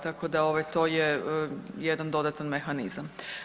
Tako da ovaj to je jedan dodatan mehanizam.